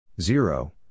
zero